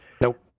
Nope